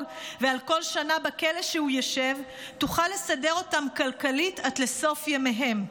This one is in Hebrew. ועל כל שנה בכלא שהוא ישב יוכלו לסדר אותם כלכלית עד לסוף ימיהם.